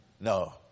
No